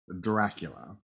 Dracula